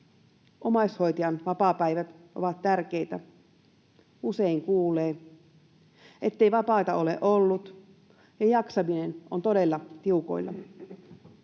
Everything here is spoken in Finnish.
Omaishoitajan vapaapäivät ovat tärkeitä. Usein kuulee, ettei vapaita ole ollut ja että jaksaminen on todella tiukoilla.